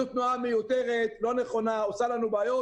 זאת תנועה מיותרת, לא נכונה, עושה לנו בעיות.